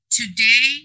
today